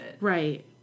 right